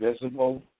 invisible